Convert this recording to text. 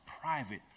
private